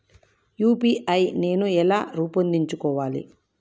UPI నేను ఎలా రూపొందించుకోవాలి?